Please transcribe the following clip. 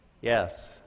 yes